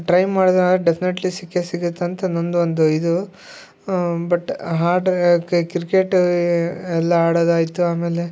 try ಮಾಡದರಾ definitely ಸಿಕ್ಕೇ ಸಿಗತ್ತಂತ ನನ್ನದು ಒಂದು ಇದು ಬಟ್ ಆಡ್ರ್ ಕ್ರಿಕೆಟ್ ಎಲ್ಲಾ ಆಡೋದಾಯಿತು ಆಮೇಲೆ